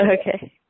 Okay